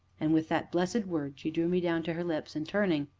and, with that blessed word, she drew me down to her lips, and, turning,